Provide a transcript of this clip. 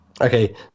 okay